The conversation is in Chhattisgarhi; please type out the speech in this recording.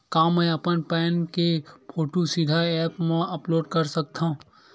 का मैं अपन पैन के फोटू सीधा ऐप मा अपलोड कर सकथव?